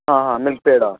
आ हा मिल्क्पेडा